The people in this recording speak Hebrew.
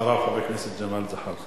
אחריו, חבר הכנסת ג'מאל זחאלקה.